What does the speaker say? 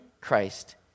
Christ